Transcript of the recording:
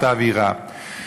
את האווירה.